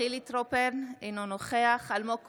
חילי טרופר, אינו נוכח אלמוג כהן,